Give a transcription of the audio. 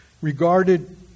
regarded